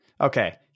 Okay